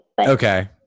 Okay